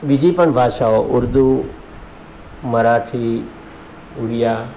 બીજી પણ ભાષાઓ ઉર્દૂ મરાઠી ઉડિયા